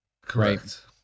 Correct